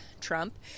Trump